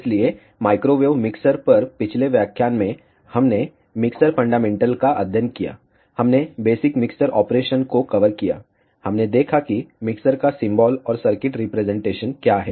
इसलिए microwave mixer पर पिछले व्याख्यान में हमने मिक्सर फंडामेंटल का अध्ययन किया हमने बेसिक मिक्सर ऑपरेशन को कवर किया हमने देखा कि मिक्सर का सिंबॉल और सर्किट रिप्रेजेंटेशन क्या है